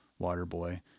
Waterboy